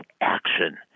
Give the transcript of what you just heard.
action